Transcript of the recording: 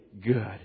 Good